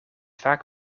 vaak